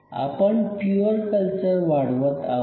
आपण pure culture वाढवत आहोत